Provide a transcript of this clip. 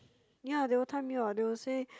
ya they will time you ah they will say